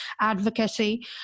advocacy